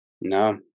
No